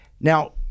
Now